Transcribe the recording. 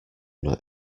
not